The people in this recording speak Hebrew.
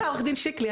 עו"ד שיקלי,